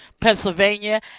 Pennsylvania